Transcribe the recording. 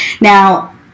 Now